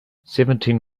seventeen